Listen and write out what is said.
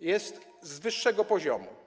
jest z wyższego poziomu.